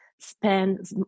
spend